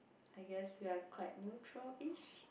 I guess we are quite neutral ish